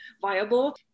viable